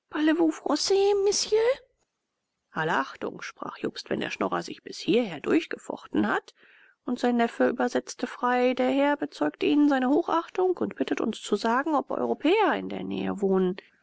achtung sprach jobst wenn der schnorrer sich bis hierher durchgefochten hat und sein neffe übersetzte frei der herr bezeugt ihnen seine hochachtung und bittet uns zu sagen ob europäer in der nähe wohnen